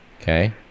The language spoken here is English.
Okay